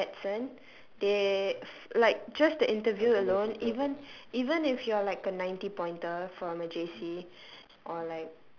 medicine they like just the interview alone even even if you're like a ninety pointer from a J_C or